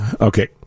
Okay